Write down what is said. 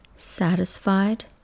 satisfied